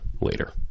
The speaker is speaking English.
later